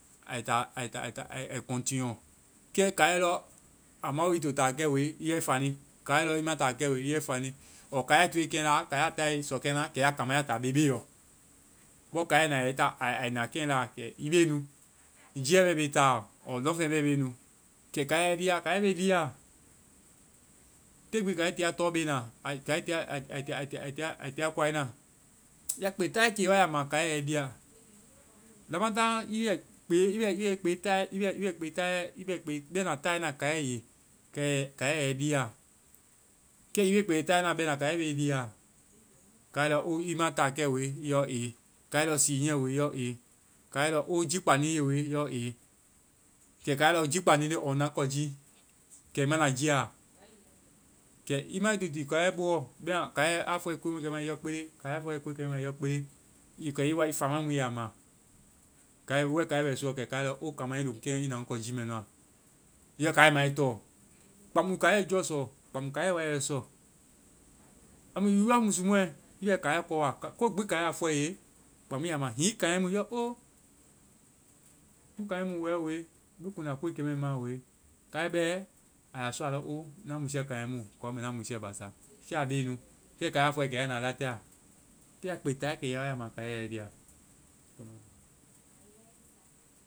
Ai t, ai ta, ai continue. Kɛ kaiɛ lɔ a ma wo ii to ta kɛ woe, ii yɔ ii fani. Kaiɛ lɔ ii ma ta kɛ woe, i yɔ ii fani. ɔɔ kaiɛ a ii toe keŋla, kaiɛ a tae sɔkɛna, kɛ ya kama ya ta bebe lɔ. Bɔ kaiɛ na a yɛ i taa, ai na keŋla, kɛ i be nu. Jiiɛ bɛ be taaɔ. ɔɔ lɔŋfeŋ bɛ be nu. Kɛ kaiɛ yɛ i dia? Kaiɛ be ii dia. Te gbi kaiɛ tii tɔ be na. Kaiɛ, ai tia kɔai na. Ya kpe taayɛ kiiɛ wa ya ma kaiɛ yɛ ii dia. Lamataŋ ii bɛ kpe, i bɛ ii yɛ ii kpe taayɛ, i bɛ kpe taayɛ, i bɛ kpe bɛna taayɛna kaiɛ ye, kɛ kaiɛ yɛ i dia. Kɛ hiŋi ii be kpe taayɛna bɛna, kaiɛ be ii dia. Kaiɛ lɔ, o, ii ma ta kɛ wo. Ii lɔ aa. Kaiɛ lɔ sii niiɛ. Ii lɔ aa. Kaiɛ lɔ, o, jii kpandi ŋjii we. Ii lɔ aa. kɛkaiɛ lɔ jii kpandi ŋjii ɔɔ na ŋ kɔ jii. Kɛ ii ma na jiiɛ a. Kɛ, i ma wo ii to tii kaiɛ boɔ. Bɛma, kaiɛ a fɔe koe kɛmɛ ma, ii yɔ kpe. Kaiɛ a fɔe koe kɛmɛ ma, ii yɔ kpe. Kɛ ii wa ii famai mu ii ya ma. Kaiɛ, wo bɛ kaiɛ wo bɛ suuɔ, kɛ kaiɛ lɔ o, kama ii lɔŋ keŋɔ ii na ŋ kɔ jii mɛ nu a. Ii yɔ kaiɛ ma ii tɔ. Kpaŋmu kaiɛ jɔ sɔ? Kaiɛ wa yɛ i sɔ. Amu i ya musumɔɛ, ii bɛ kaiɛ kɔ wa. Kogbi kaiɛ a fɔe ii ye, kpaŋmu ii ya ma. Hiŋi ii kanyae mu, ii yɔ, ŋ kanyae mu wɛ we. Me kuŋda koe kɛmɛ ma we. Kaiɛ bɛ, a ya sɔa. A lɔ o, na musuɛ kanyae mu. Kɔ mɛ na musiiɛ basa. Kɛ a be nu. Kɛ kaiɛ a fɔe, kɛ ya na latea. Kɛ ya kpe taayɛ kiiyɛ wa ya ma kaiɛ yɛ ii dia.